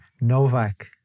Novak